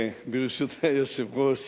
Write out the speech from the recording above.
ברשות היושב-ראש,